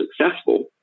successful